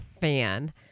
fan